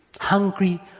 Hungry